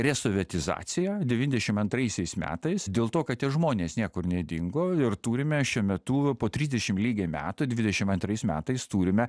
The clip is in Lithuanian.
resovietizacija devyniasdešim antraisiais metais dėl to kad tie žmonės niekur nedingo ir turime šiuo metu po trisdešim lygiai metų devyniasdešim antrais metais turime